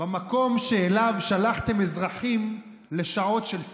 במקום שאליו שלחתם אזרחים לשעות של סבל.